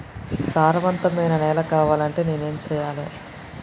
సారవంతమైన నేల కావాలంటే నేను ఏం చెయ్యాలే?